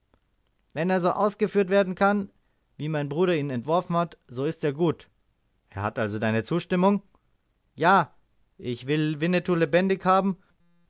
wenn er so ausgeführt werden kann wie mein bruder ihn entworfen hat so ist er gut er hat also deine zustimmung ja ich will winnetou lebendig haben